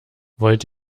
wollt